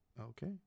Okay